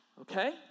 okay